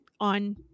on